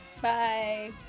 Bye